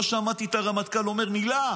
לא שמעתי את הרמטכ"ל אומר מילה.